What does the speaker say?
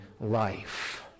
life